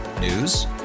News